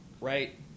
right